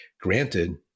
Granted